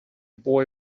boy